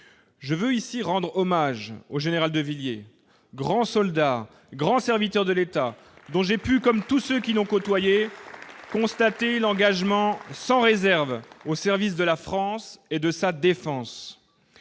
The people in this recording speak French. je veux ici rendre hommage au général De Villiers grand soldat, grand serviteur de l'État, donc j'ai pu, comme tous ceux qui n'ont côtoyé constater l'engagement sans réserve au service de la France et de sa défense